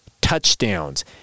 touchdowns